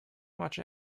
watch